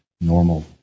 normal